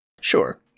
Sure